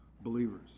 believers